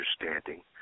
understanding